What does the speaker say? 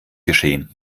geschehen